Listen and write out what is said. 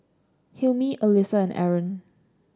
Hilmi Alyssa and Aaron